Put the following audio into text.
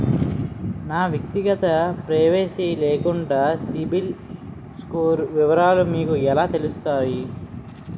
నా వ్యక్తిగత ప్రైవసీ లేకుండా సిబిల్ స్కోర్ వివరాలు మీకు ఎలా తెలుస్తాయి?